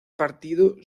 partido